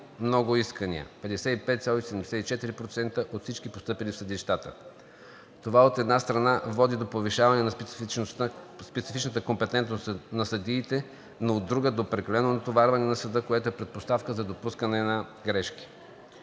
най-много искания – 55,74% от всички постъпили в съдилищата. Това, от една страна, води до повишаване на специфичната компетентност на съдиите, но от друга – до прекалено натоварване на съда, което е предпоставка за допускане на грешки.